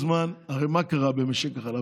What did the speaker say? הרי מה קרה במשק החלב?